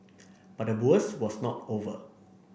but the worst was not over